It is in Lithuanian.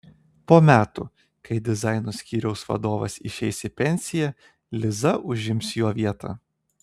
po metų kai dizaino skyriaus vadovas išeis į pensiją liza užims jo vietą